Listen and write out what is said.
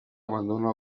abandona